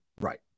Right